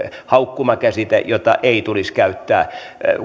haukkumakäsite jota ei tulisi käyttää